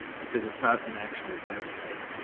because it's not an actual web site,